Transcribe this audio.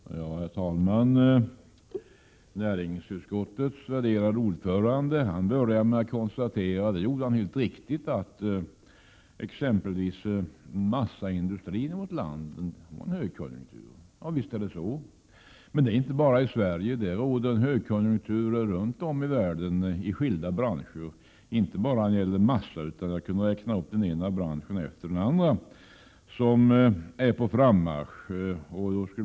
Herr talman! Näringsutskottets värderade ordförande började med att helt riktigt konstatera att exempelvis massaindustrin i vårt land har högkonjunktur. Visst är det så. Men det är fallet inte bara i Sverige, utan det råder högkonjunktur runt om i världen i skilda branscher — inte bara inom massaindustrin, utan jag skulle kunna räkna upp den ena branschen efter den andra som är på frammarsch.